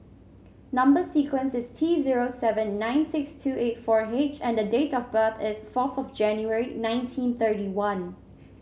number sequence is T zero seven nine six two eight four H and the date of birth is fourth of January nineteen thirty one